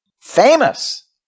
Famous